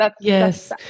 Yes